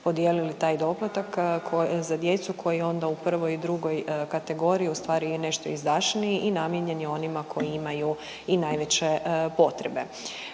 podijelili taj doplatak za djecu, koji je onda u 1. i 2. kategoriji u stvari i nešto izdašniji i namijenjen je onima koji imaju i najveće potrebe.